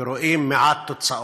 ורואים מעט תוצאות.